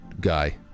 guy